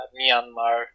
myanmar